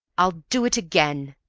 i'll do it again,